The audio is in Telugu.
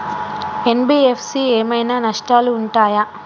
ఎన్.బి.ఎఫ్.సి ఏమైనా నష్టాలు ఉంటయా?